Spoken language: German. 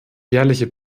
jährliche